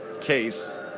case